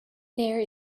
there